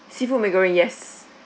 seafood mee goreng yes